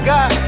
God